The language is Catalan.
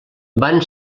van